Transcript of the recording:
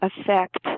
affect